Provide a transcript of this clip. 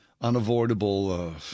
unavoidable